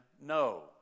No